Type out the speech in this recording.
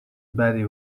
بدی